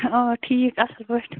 اَوا ٹھیٖک اَصٕل پٲٹھۍ